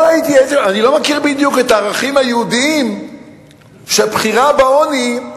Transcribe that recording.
אני לא מכיר בדיוק את הערכים היהודיים של בחירה בעוני.